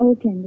Okay